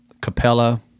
Capella